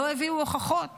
לא הביאו הוכחות